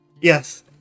Yes